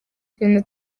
tugenda